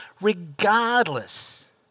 regardless